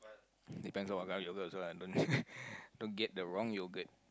depends on what kind of yogurt also lah don't get the wrong yogurt